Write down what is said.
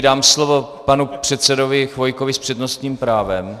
Dám slovo panu předsedovi Chvojkovi s přednostním právem.